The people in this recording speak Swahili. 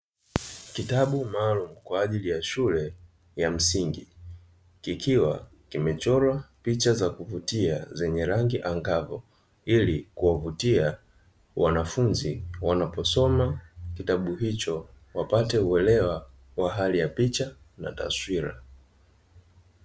Kitabu maalumu kwa ajili ya shule ya msingi, kikiwa kimechorwa picha za kuvutia zenye rangi angavu, ili kuwavutia wanafunzi wanaposoma kitabu hicho, wapate uelewa wa hali ya picha na taswira.